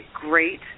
great